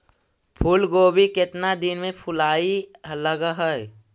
फुलगोभी केतना दिन में फुलाइ लग है?